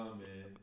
man